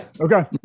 Okay